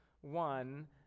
one